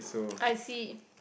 I see